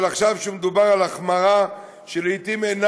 אבל עכשיו מדובר על החמרה שלעתים אינה